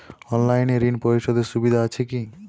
অনলাইনে ঋণ পরিশধের সুবিধা আছে কি?